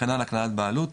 וכנ"ל הקנאת בעלות.